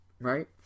Right